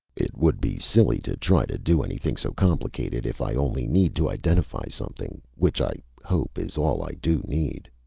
it would be silly to try to do anything so complicated if i only need to identify something. which i hope is all i do need!